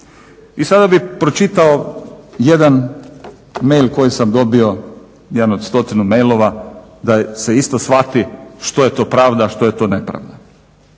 I sada bih pročitao jedan mail koji sam dobio, jedan od stotinu mailova da se isto shvati što je to pravda, a što je to nepravda.